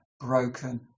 broken